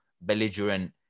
belligerent